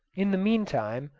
in the meantime,